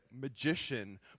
magician